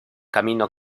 camino